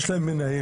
שיש להם מנהל,